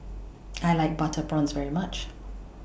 I like Butter Prawns very much